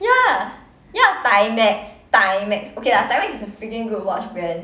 ya ya timex timex okay lah timex is a freaking good watch brand